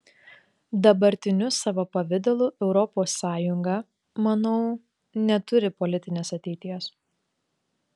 dabartiniu savo pavidalu europos sąjunga manau neturi politinės ateities